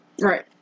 Right